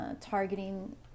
targeting